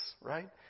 right